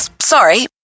sorry